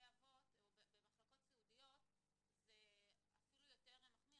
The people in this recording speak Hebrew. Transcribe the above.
בתהליך חקיקה מקביל אלינו על מצלמות במוסדות סיעודיים יש לנו סעיף